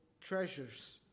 treasures